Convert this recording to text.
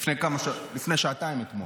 לפני שעתיים אתמול.